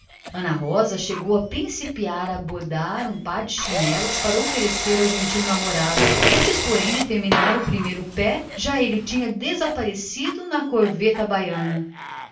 ana rosa chegou a principiar a bordar um par de chinelas para lho oferecer antes porém de terminado o primeiro pé já o bandoleiro havia desaparecido com a corveta baiana